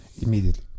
immediately